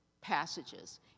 passages